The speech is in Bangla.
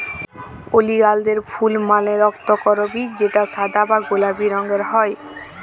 ওলিয়ালদের ফুল মালে রক্তকরবী যেটা সাদা বা গোলাপি রঙের হ্যয়